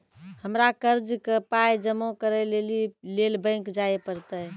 हमरा कर्जक पाय जमा करै लेली लेल बैंक जाए परतै?